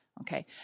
Okay